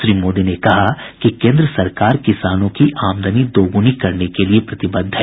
श्री मोदी ने कहा कि केन्द्र सरकार किसानों की आमदनी दोगुनी करने के लिए प्रतिबद्ध है